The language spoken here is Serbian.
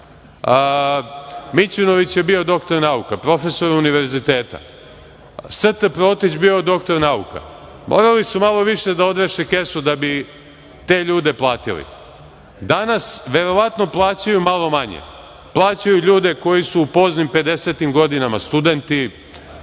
Mićunović je bio doktor nauka, profesor univerzitet. St. Protić je bio doktor nauka. Morali su malo više da odreše kesu da bi te ljude platili. Danas verovatno plaćaju malo manje. Plaćaju ljude koji su u poznim 50.tim godinama studenti,